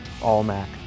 All-Mac